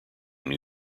new